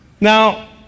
Now